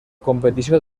competició